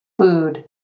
Food